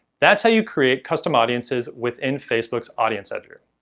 that's how you create custom audiences within facebook's audience settings.